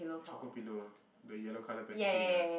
choco pillow ah the yellow colour packaging ah